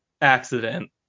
accident